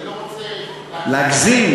אני לא רוצה להגזים,